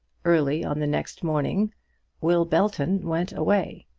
early on the next morning will belton went away,